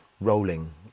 rolling